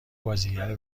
بازیگر